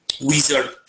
wizard